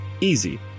Easy